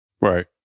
Right